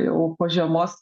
jau po žiemos